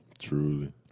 Truly